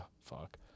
Fuck